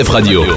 Radio